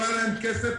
לא היה להם כסף,